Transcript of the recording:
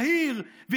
יהיר.